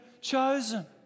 chosen